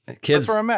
Kids